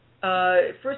first